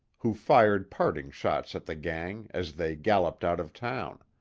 who fired parting shots at the gang, as they galloped out of town.